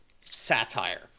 satire